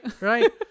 Right